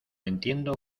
entiendo